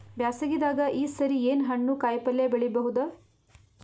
ಬ್ಯಾಸಗಿ ದಾಗ ಈ ಸರಿ ಏನ್ ಹಣ್ಣು, ಕಾಯಿ ಪಲ್ಯ ಬೆಳಿ ಬಹುದ?